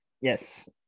Yes